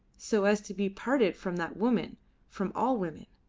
so as to be parted from that woman from all women.